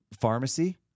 pharmacy